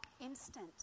instant